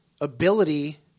ability